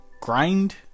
grind